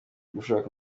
gushaka